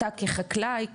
אתה כחקלאי,